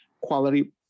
quality